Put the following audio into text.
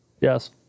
Yes